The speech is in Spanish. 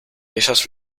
ellas